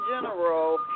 general